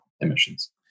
emissions